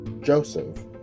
Joseph